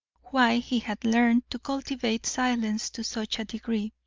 why he had learned to cultivate silence to such a degree.